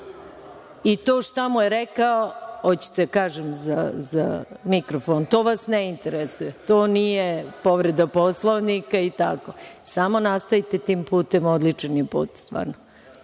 i to šta mu je rekao. Hoćete da vam kažem za mikrofon? To vas ne interesuje. To nije povreda Poslovnika. Samo nastavite tim putem, odličan je put stvarno.